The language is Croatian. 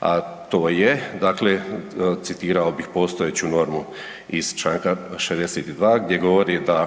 a to je dakle, citirao bih postojeću normu iz čl. 62. gdje govori da